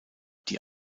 die